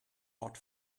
hot